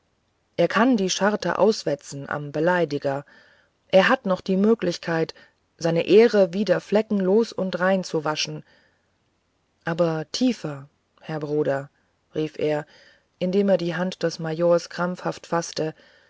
er kann die scharte auswetzen am beleidiger er hat noch die möglichkeit seine ehre wieder fleckenlos und rein zu waschen aber tiefer herr bruder rief er indem er die hand des majors krampfhaft faßte